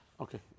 Okay